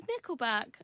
Nickelback